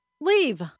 leave